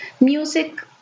music